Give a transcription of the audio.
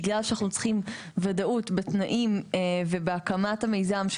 ובגלל שאנחנו צריכים ודאות בתנאים ובהקמת המיזם,